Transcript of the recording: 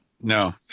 No